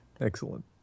Excellent